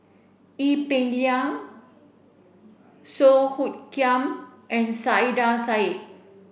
Ee Peng Liang Song Hoot Kiam and Saiedah Said